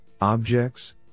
objects